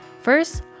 First